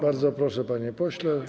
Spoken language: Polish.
Bardzo proszę, panie pośle.